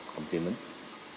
compliment